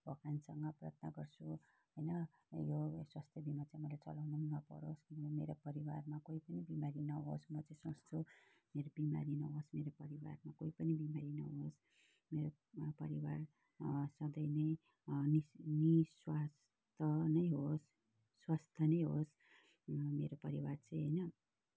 भगवान्सँग प्रार्थना गर्छु होइन यो स्वास्थ्य बिमा चाहिँ मैले चलाउनु पनि नपरोस् अनि मेरो परिवारमा कोही पनि बिमारी नहोस् म चाहिँ सोच्छु मेरो बिमारी नहोस् नेरो परिवारमा कोही पनि बिमारी नहोस् मेरो परिवार सधैँ नै नि निस्वास्थ्य नै होस् स्वास्थ्य नै होस् मेरो परिवार चाहिँ होइन